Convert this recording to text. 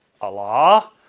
Allah